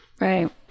Right